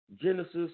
Genesis